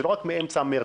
זה לא רק מאמצע מרץ.